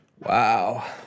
Wow